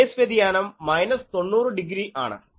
face വ്യതിയാനം 90 degree ആണ്